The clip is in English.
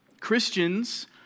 Christians